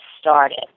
started